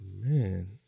Man